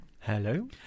Hello